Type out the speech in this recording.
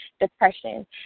depression